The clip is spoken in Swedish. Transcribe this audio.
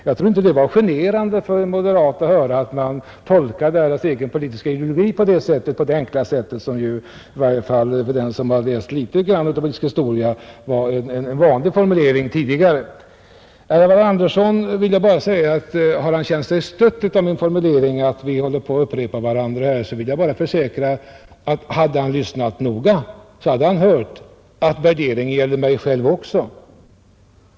Jag trodde inte att det var generande för en moderat att höra att man tolkar partiets politiska ideologi på det enkla sättet, som i varje fall för dem som läst litet grand politisk historia måste framstå som en formulering som var vanlig tidigare. Om herr Alvar Andersson i Knäred har känt sig stött av min formulering när jag sade att vi håller på och upprepar oss, så vill jag bara försäkra att — och det hade han hört om han hade lyssnat noga — den värderingen gällde mig själv också.